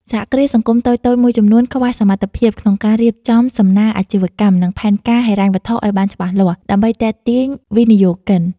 សហគ្រាសសង្គមតូចៗមួយចំនួនខ្វះសមត្ថភាពក្នុងការរៀបចំសំណើអាជីវកម្ម និងផែនការហិរញ្ញវត្ថុឱ្យបានច្បាស់លាស់ ដើម្បីទាក់ទាញវិនិយោគិន ។